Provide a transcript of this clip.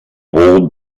bold